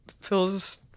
feels